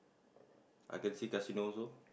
I can see casino also